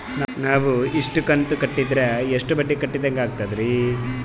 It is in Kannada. ನಾವು ಇಷ್ಟು ಕಂತು ಕಟ್ಟೀದ್ರ ಎಷ್ಟು ಬಡ್ಡೀ ಕಟ್ಟಿದಂಗಾಗ್ತದ್ರೀ?